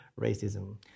racism